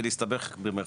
ו"להסתבך"?